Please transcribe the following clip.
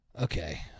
Okay